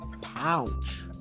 Pouch